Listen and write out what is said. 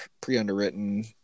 pre-underwritten